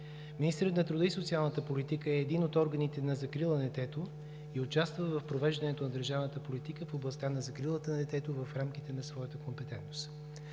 Министърът на труда и социалната политика е един от органите за закрила на детето и участва в провеждането на държавната политика в областта на закрилата на детето в рамките на своята компетентност.